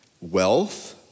wealth